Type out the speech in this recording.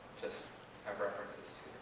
just have references to